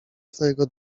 twojego